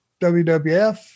WWF